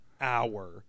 hour